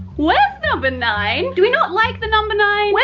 where's number nine? do we not like the number nine?